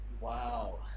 Wow